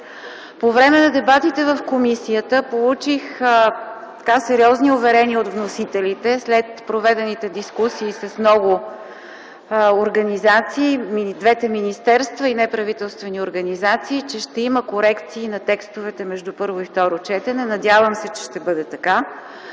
По време на дебатите в комисията получих сериозни уверения от вносителите, след проведените дискусии с много организации, двете министерства и неправителствени организации, че ще има корекции на текстовете между първо и второ четене. Надявам се, че ще бъде така.